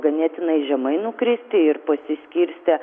ganėtinai žemai nukristi ir pasiskirstė